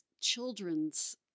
children's